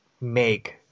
make